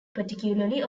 particularly